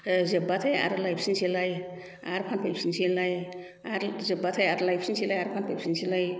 जोबबाथाय आरो लायफिननोसैलाय आरो फानफैफिननोसैलाय आरो जोब्बाथाय आरो लायफिननोसैलाय आरो फानफैफिननोसैलाय